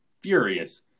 furious